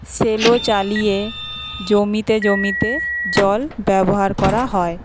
Cello চালিয়ে জমিতে জমিতে জল ব্যবহার করা হয়